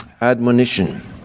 Admonition